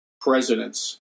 presidents